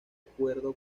acuerdo